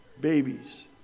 Babies